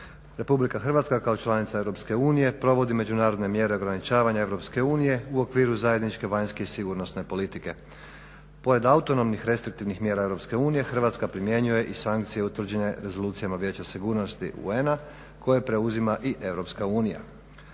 ograničavanja. RH kao članica EU provodi međunarodne mjere ograničavanja EU u okviru zajedničke vanjske i sigurnosne politike. Pored autonomnih restriktivnih mjera EU, Hrvatska primjenjuje i sankcije utvrđene rezolucijama Vijeća sigurnosti UN-a koje preuzima i EU.